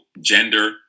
gender